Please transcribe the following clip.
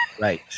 right